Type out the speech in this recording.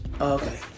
Okay